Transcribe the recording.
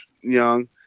young